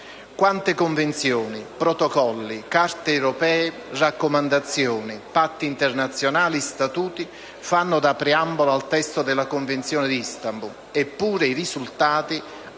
Quante convenzioni, protocolli, carte europee, raccomandazioni, patti internazionali, statuti fanno da preambolo al testo della Convenzione di Istanbul, eppure i risultati ottenuti